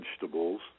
vegetables